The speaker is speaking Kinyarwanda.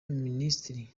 minisitiri